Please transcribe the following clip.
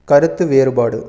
கருத்து வேறுபாடு